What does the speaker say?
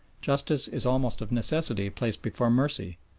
justice is almost of necessity placed before mercy,